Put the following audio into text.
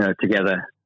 Together